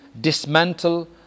dismantle